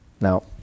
Now